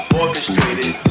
orchestrated